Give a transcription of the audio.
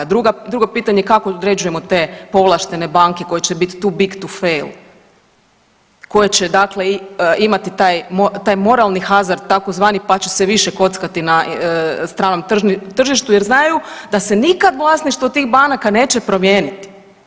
Drugo pitanje kako određujemo te povlaštene banke koje će biti tu big to fail, koje će dakle imati taj, taj moralni hazard tzv. pa će se više kockati na stranom tržištu jer znaju da se nikad vlasništvo tih banaka neće promijeniti.